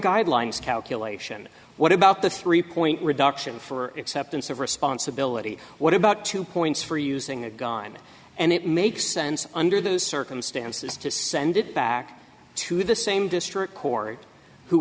guidelines calculation what about the three point reduction for acceptance of responsibility what about two points for using a gun and it makes sense under those circumstances to send it back to the same district court who